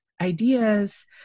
ideas